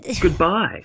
goodbye